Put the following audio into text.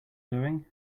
doing